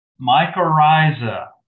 Mycorrhiza